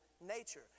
nature